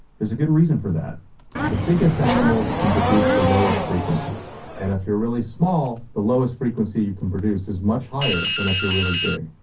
there's good reason for that the biggest animals can produce the lowest frequencies and if you're really small, the lowest frequency you can produce is much higher than if you're really big,